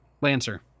Lancer